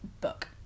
book